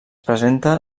presenta